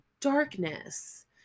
darkness